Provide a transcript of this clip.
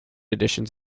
editions